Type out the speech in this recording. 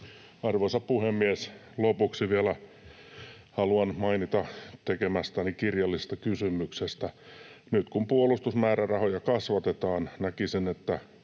Arvoisa puhemies! Lopuksi vielä haluan mainita tekemästäni kirjallisesta kysymyksestä. Nyt kun puolustusmäärärahoja kasvatetaan, näkisin, että